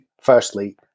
firstly